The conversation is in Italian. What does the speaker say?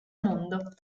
mondo